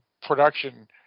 production